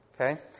Okay